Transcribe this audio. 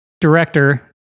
director